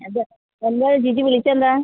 എന്താണ് എന്താണ് ജിജി വിളിച്ചതെന്താണ്